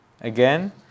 again